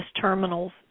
terminals